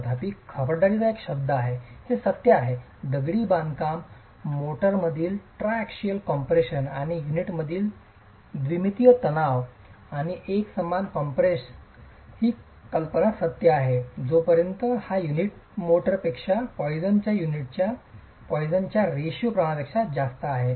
तथापि खबरदारीचा एक शब्द हे सत्य आहे दगडी बांधकाम मोर्टारमधील ट्रायसिकियल कॉम्प्रेशन आणि युनिटमधील द्विमितीय तणाव आणि एकसमान कॉम्प्रेसपणाची ही कल्पना सत्य आहे जोपर्यंत हा युनिट मोर्टारपेक्षा पॉईसनच्या युनिटच्या पॉईसनच्या रेशिओ Poisson's ratio प्रमाणपेक्षा जास्त आहे